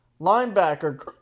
Linebacker